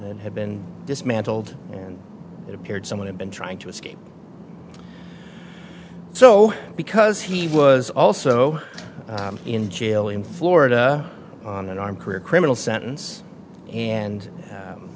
and had been dismantled and it appeared someone had been trying to escape so because he was also in jail in florida on an armed career criminal sentence and